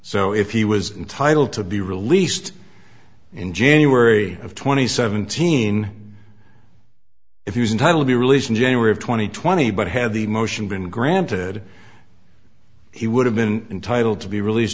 so if he was entitled to be released in january of twenty seventeen if he was entitled be released in january of two thousand and twenty but had the motion been granted he would have been entitled to be released